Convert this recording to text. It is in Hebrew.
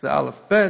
זה, א, ב.